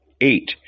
Eight